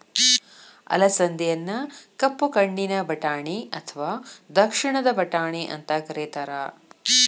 ಅಲಸಂದಿಯನ್ನ ಕಪ್ಪು ಕಣ್ಣಿನ ಬಟಾಣಿ ಅತ್ವಾ ದಕ್ಷಿಣದ ಬಟಾಣಿ ಅಂತ ಕರೇತಾರ